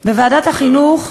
בוועדת החינוך,